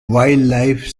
wildlife